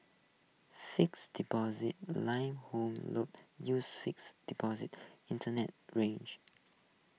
fixed deposit line home loans uses fixed deposit Internet range